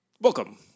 Welcome